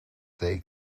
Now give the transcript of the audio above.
they